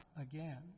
again